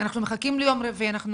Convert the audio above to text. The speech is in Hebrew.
אנחנו מחכים ליום רביעי,